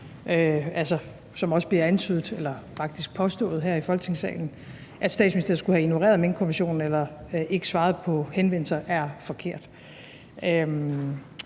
som bliver antydet – eller faktisk påstået – her i Folketingssalen, altså at Statsministeriet skulle have ignoreret Minkkommissionen eller ikke svaret på henvendelser, er forkert.